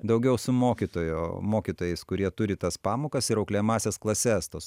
daugiau su mokytojo mokytojais kurie turi tas pamokas ir auklėjamąsias klases tos